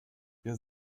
ihr